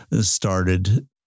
started